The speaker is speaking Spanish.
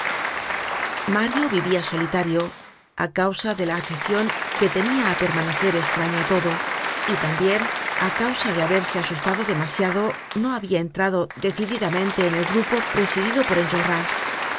mario vivia solitario a causa de la aficion que tenia á permanecer estraño á todo y tambien á causa de haberse asustado demasiado no habia entrado decididamente en el grupo presidido por